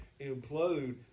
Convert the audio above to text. implode